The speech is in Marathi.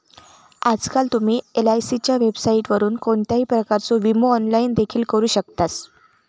आजकाल तुम्ही एलआयसीच्या वेबसाइटवरून कोणत्याही प्रकारचो विमो ऑनलाइन देखील करू शकतास